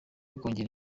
kongera